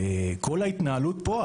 כל ההתנהלות פה,